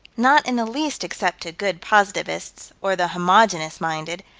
not in the least except to good positivists, or the homogeneous-minded,